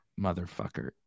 motherfucker